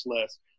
less